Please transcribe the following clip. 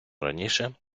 раніше